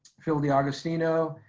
phil d'agostino,